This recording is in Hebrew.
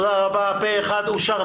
תודה רבה, פה אחד אושר.